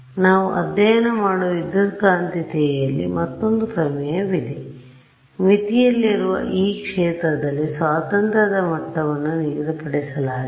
ನಾವು ಅಧ್ಯಯನ ಮಾಡದ ವಿದ್ಯುತ್ಕಾಂತೀಯತೆಯಲ್ಲಿ ಮತ್ತೊಂದು ಪ್ರಮೇಯವಿದೆ ಮಿತಿಯಲ್ಲಿರುವ ಈ ಕ್ಷೇತ್ರದಲ್ಲಿ ಸ್ವಾತಂತ್ರ್ಯದ ಮಟ್ಟವನ್ನು ನಿಗದಿಪಡಿಸಲಾಗಿದೆ